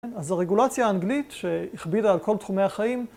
אז זו רגולציה אנגלית שהכבידה על כל תחומי החיים...